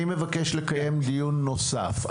אני מבקש לקיים דיון נוסף.